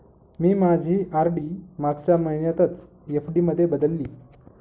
मी माझी आर.डी मागच्या महिन्यातच एफ.डी मध्ये बदलली